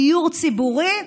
דיור ציבורי,